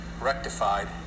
rectified